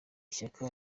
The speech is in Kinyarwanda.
shyaka